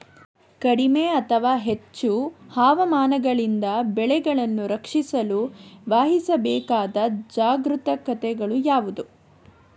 ಕಡಿಮೆ ಅಥವಾ ಹೆಚ್ಚು ಹವಾಮಾನಗಳಿಂದ ಬೆಳೆಗಳನ್ನು ರಕ್ಷಿಸಲು ವಹಿಸಬೇಕಾದ ಜಾಗರೂಕತೆಗಳು ಯಾವುವು?